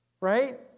Right